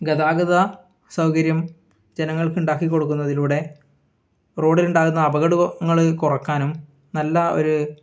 ഗതാഗത സൗകര്യം ജനങ്ങൾക്ക് ഉണ്ടാക്കി കൊടുക്കുന്നതിലൂടെ റോഡിലുണ്ടാകുന്ന അപകടങ്ങൾ കുറയ്ക്കാനും നല്ല ഒരു